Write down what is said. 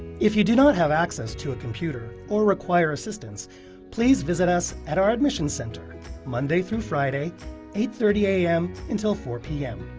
if you do not have access to a computer or require assistance please visit us at our admissions center monday through friday eight thirty a m. until four zero p m.